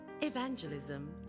Evangelism